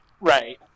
Right